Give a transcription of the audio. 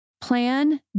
plan